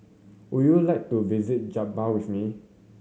would you like to visit Juba with me